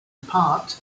part